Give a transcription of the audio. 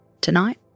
Tonight